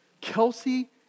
Kelsey